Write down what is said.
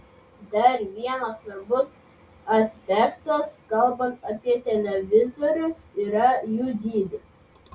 dar vienas svarbus aspektas kalbant apie televizorius yra jų dydis